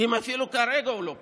אם אפילו כרגע הוא לא פה?